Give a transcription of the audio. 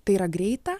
tai yra greita